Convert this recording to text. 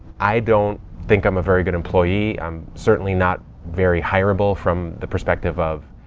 i don't think i'm a very good employee. i'm certainly not very hireable from the perspective of,